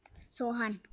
sohan